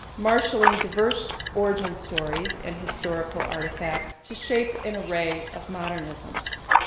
marshaling diverse origin stories and historical artifacts to shape an array of modernisms.